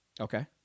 Okay